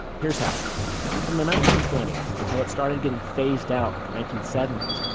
here's how from the nineteen twenty s until it started getting phased out in the nineteen seventy s,